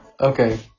okay